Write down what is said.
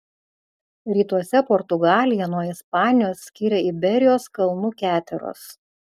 rytuose portugaliją nuo ispanijos skiria iberijos kalnų keteros